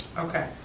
okay,